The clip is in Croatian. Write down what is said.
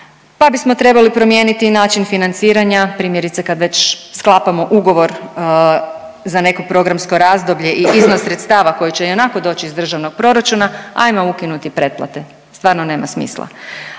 pa bismo trebali promijeniti način financiranja, primjerice, kad već sklapamo ugovor za neko programsko razdoblje i iznos sredstava koji će ionako doći iz državnog proračuna, ajmo ukinuti pretplate, stvarno nema smisla.